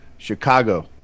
Chicago